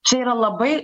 čia yra labai